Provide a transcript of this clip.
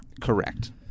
Correct